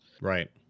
Right